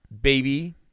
baby